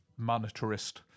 monetarist